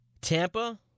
Tampa